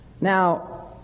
Now